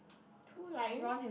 two lines